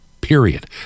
period